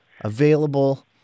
available